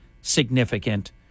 significant